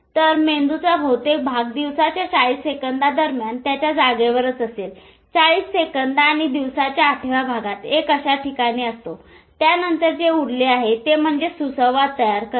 तर मेंदूचा बहुतेक भाग दिवसाच्या ४० सेकंदांदरम्यान त्याच्या जागेवरच असेल ४० सेकंद आणि दिवसाच्या आठव्या भागात एक अशा ठिकाणी असतो त्यानंतर जे उरले आहे ते म्हणजे सुसंवाद तयार करणे